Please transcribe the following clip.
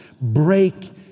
break